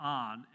on